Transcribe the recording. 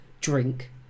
drink